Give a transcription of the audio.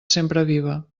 sempreviva